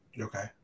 Okay